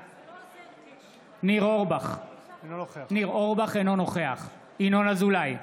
בעד ניר אורבך, אינו נוכח ינון אזולאי,